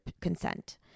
consent